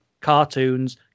cartoons